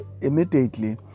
immediately